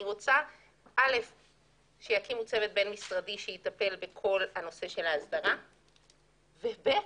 אני רוצה שיקימו צוות בין-משרדי שמטפל בכל נושא ההסדרה; ו-ב',